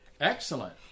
Excellent